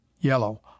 yellow